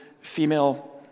female